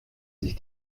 sich